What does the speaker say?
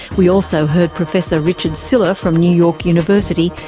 we also heard professor richard sylla from new york university,